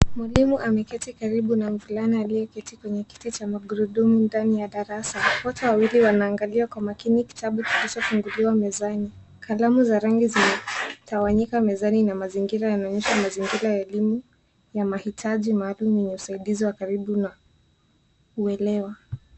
Mwalimu ameketi karibu na mvulana aliyeketi kwenye kiti cha magurudumu ndani ya darasa. Wote wawili wanaangalia kwa makini kitabu kilichofunguliwa mezani. Kalamu za rangi zimetawanyika mezani na mazingira yanaonyesha mazingira ya elimu ya mahitaji maalum ya usaidizi karibu na uelewa.